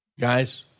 Guys